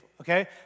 okay